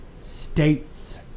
States